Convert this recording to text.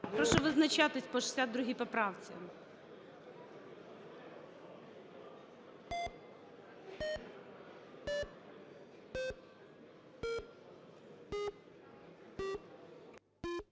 Прошу визначатися по 72 поправці.